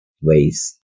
ways